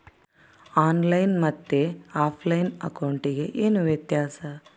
On line ಮತ್ತೆ ಆಫ್ಲೈನ್ ಅಕೌಂಟಿಗೆ ಏನು ವ್ಯತ್ಯಾಸ?